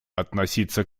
относиться